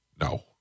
No